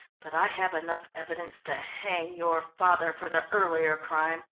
but i have enough evidence to hang your father for the earlier crime.